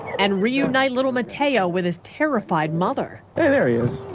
and reunite little mateo with his terrified mother and areas.